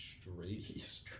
straight